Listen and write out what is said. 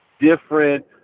different